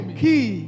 key